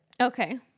Okay